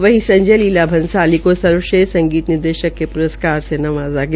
वहीं संजय लीला भंसाली को सर्वश्रेष्ठ संगीत निदेशक के प्रस्कार से सम्मानित किया गया